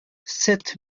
sept